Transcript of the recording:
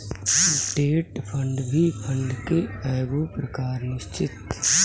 debt fund भी fund के एगो प्रकार निश्चित